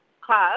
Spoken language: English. club